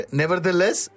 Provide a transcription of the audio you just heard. nevertheless